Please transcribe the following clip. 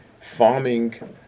farming